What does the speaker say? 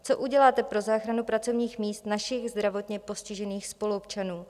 Co uděláte pro záchranu pracovních míst našich zdravotně postižených spoluobčanů?